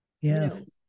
Yes